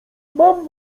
mam